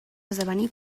esdevenir